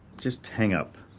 just hang up.